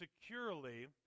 securely